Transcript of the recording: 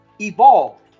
evolved